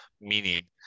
meaning